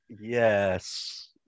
Yes